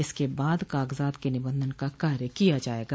इसके बाद कागजात के निबंधन का कार्य किया जायेगा